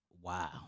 Wow